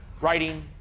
writing